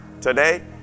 today